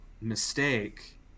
mistake